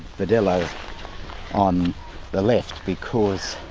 verdelho on the left because